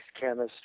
chemistry